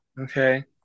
Okay